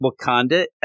Wakanda